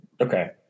Okay